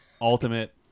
Ultimate